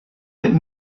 that